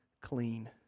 clean